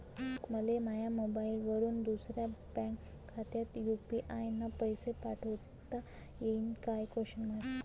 मले माह्या मोबाईलवरून दुसऱ्या बँक खात्यात यू.पी.आय न पैसे पाठोता येईन काय?